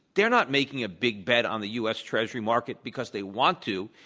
they're not making a big bet on the u. s. treasury market because they want to.